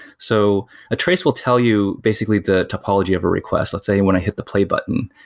so a trace will tell you basically the topology of a request. let's say when i hit the play button,